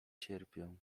cierpią